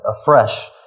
afresh